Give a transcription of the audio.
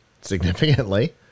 significantly